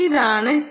ഇതാണ് TEG